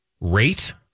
rate